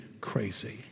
crazy